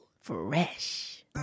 Fresh